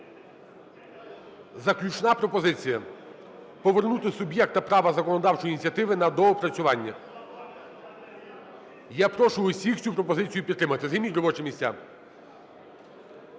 Заключна пропозиція: повернути суб'єкту права законодавчої ініціативи на доопрацювання. Я прошу усіх цю пропозицію підтримати. Займіть робочі місця.